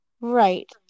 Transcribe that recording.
right